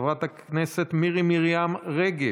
חברת הכנסת מירי מרים רגב,